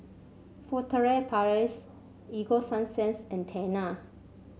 Furtere Paris Ego Sunsense and Tena